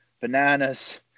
bananas